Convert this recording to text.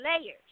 layers